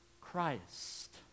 Christ